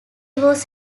was